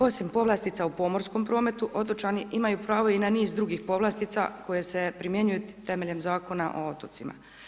Osim povlastica u pomorskom prometu otočani imaju pravo i na niz drugih povlastica koje se primjenjuju temeljem Zakona o otocima.